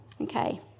Okay